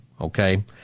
Okay